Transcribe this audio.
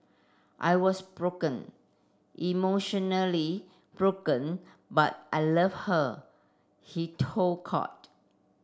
I was broken emotionally broken but I loved her he told court